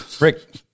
Rick